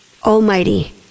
almighty